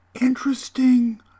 interesting